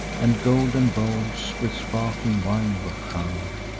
and golden bowls with sparkling wine were crown'd.